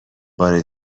بار